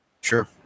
Sure